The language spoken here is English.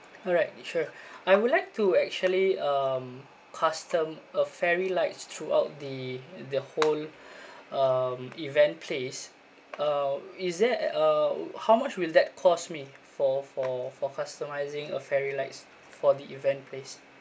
alright sure I would like to actually um custom a fairy lights throughout the the whole um event place uh is there a uh how much will that cost me for for for customizing a fairy lights for the event place